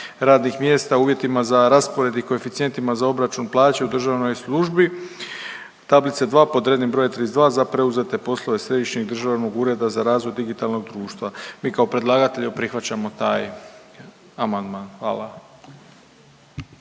radnih mjesta, uvjetima za raspored i koeficijentima za obračun plaća u državnoj službi tablice 2. po rednim brojem 32 za preuzete poslove Središnjeg državnog ureda za razvoj digitalnog društva.“. Mi kao predlagatelj prihvaćamo taj amandman. Hvala.